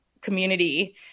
community